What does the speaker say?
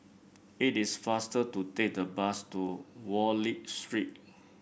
it is faster to take the bus to Wallich Street